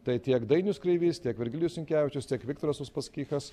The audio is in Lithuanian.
tai tiek dainius kreivys tiek virginijus sinkevičius tiek viktoras uspaskichas